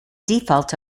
default